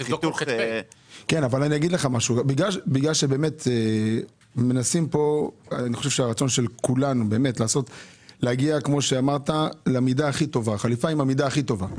אני חושב שהרצון של כולנו הוא להגיע לחליפה עם המידה הכי טובה.